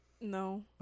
No